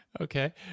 okay